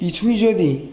কিছুই যদি